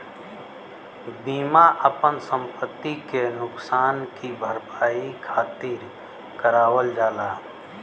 बीमा आपन संपति के नुकसान की भरपाई खातिर करावल जाला